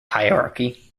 hierarchy